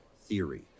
theory